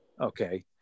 Okay